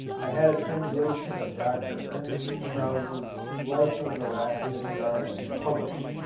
i had a translation of dr. ernst krause's life of erasmus darwin published,